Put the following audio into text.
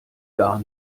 gar